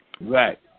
right